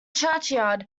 churchyard